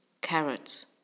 carrots